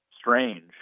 strange